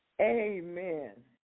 Amen